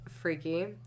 freaky